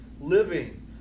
living